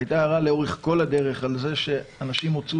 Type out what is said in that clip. והייתה הערה לאורך כל הדרך על כך שאנשים הוצאו